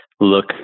look